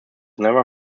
never